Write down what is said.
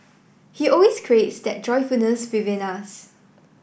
he always creates that joyfulness within us